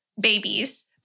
babies